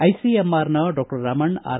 ಐಸಿಎಂಆರ್ನ doctor Raman R